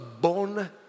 born